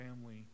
family